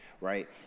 right